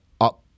up